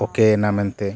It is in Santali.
ᱳᱠᱮᱭᱱᱟ ᱢᱮᱱᱛᱮ